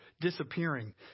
disappearing